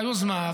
היוזמה,